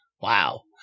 wow